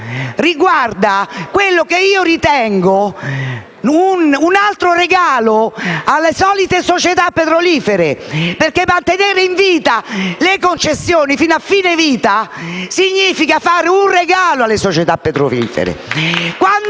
riguarda quello che io ritengo un altro regalo alle solite società petrolifere, perché mantenere in vita le concessioni, fino a fine vita, significa fare un regalo alle società petrolifere.